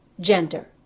gender